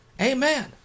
Amen